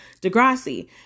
Degrassi